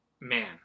man